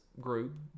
group